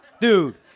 Dude